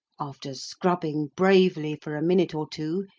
after scrubbing bravely for a minute or two,